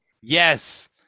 Yes